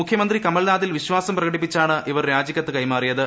മുഖ്യമന്ത്രി കമൽനാഥിൽ വിശ്വാസം പ്രകടിപ്പിച്ചാണ് ഇവർ രാജിക്കത്ത് കൈമാറിയത്